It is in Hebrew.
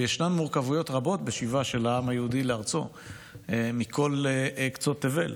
וישנן מורכבויות רבות בשיבה של העם היהודי לארצו מכל קצות תבל.